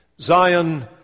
Zion